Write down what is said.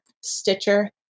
stitcher